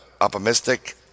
optimistic